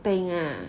thing ah